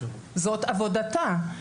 זאת עבודתה.